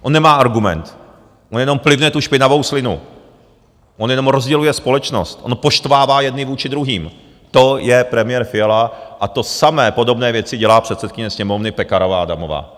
On nemá argument, on jenom plivne tu špinavou slinu, on jenom rozděluje společnost, on poštvává jedny vůči druhým to je premiér Fiala a to samé, podobné věci dělá předsedkyně Sněmovny Pekarová Adamová.